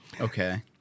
Okay